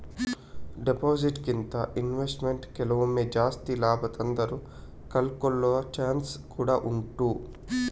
deposit ಗಿಂತ investment ಕೆಲವೊಮ್ಮೆ ಜಾಸ್ತಿ ಲಾಭ ತಂದ್ರೂ ಕಳ್ಕೊಳ್ಳೋ ಚಾನ್ಸ್ ಕೂಡಾ ಉಂಟು